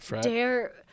dare